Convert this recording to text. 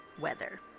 weather